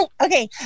Okay